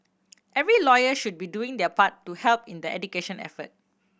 every lawyer should be doing their part to help in the education effort